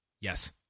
Yes